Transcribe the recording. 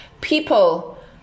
people